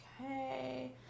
Okay